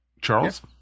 Charles